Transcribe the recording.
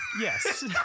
yes